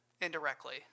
indirectly